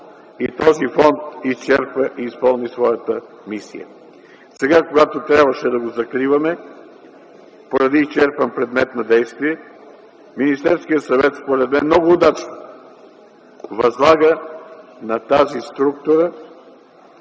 Този фонд изчерпа и изпълни своята мисия. Сега, когато трябваше да го закриваме, поради изчерпан предмет на действие, Министерският съвет, според мен, много удачно възлага на тази структура